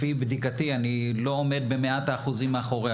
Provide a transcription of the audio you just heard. לפי בדיקתי - אני לא עומד במאת האחוזים מאחוריה